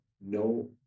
no